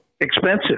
expensive